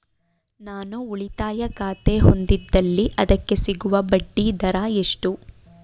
ನಾನು ಉಳಿತಾಯ ಖಾತೆ ಹೊಂದಿದ್ದಲ್ಲಿ ಅದಕ್ಕೆ ಸಿಗುವ ಬಡ್ಡಿ ದರ ಎಷ್ಟು?